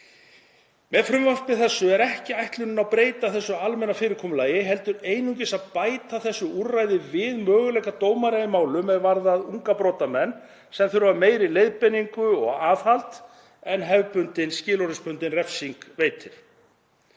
Með frumvarpi þessu er ekki ætlunin að breyta þessu almenna fyrirkomulagi heldur einungis að bæta þessu úrræði við möguleika dómara í málum er varða unga brotamenn sem þurfa meiri leiðbeiningu og aðhald en hefðbundin skilorðsbundin refsing veitir.